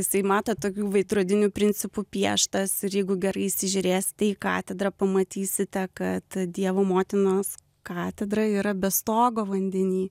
jisai matot tokiu veidrodiniu principu pieštas ir jeigu gerai įsižiūrėsite į katedrą pamatysite kad dievo motinos katedra yra be stogo vandeny